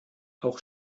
auch